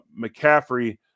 McCaffrey